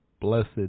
blessed